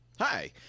Hi